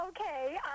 Okay